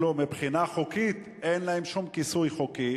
אם אתה מצופף, גם אם זה רכבים חדשים ויותר אמינים,